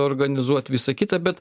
organizuot visa kita bet